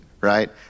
right